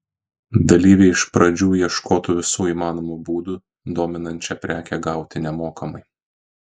dalyviai iš pradžių ieškotų visų įmanomų būdų dominančią prekę gauti nemokamai